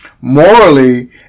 Morally